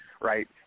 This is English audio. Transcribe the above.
right